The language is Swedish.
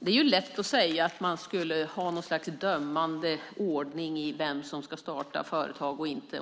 Har man den ingång som Sven-Erik Österberg har är det lätt att säga att man ska ha något slags dömande ordning i vem som ska starta företag och inte.